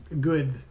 good